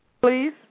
Please